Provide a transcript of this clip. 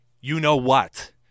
you-know-what